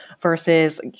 versus